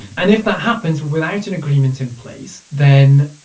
and if that happens without an agreement in place, then